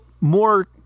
more